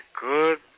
good